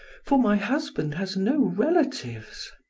for my husband has no relatives.